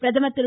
பிரதமர் திரு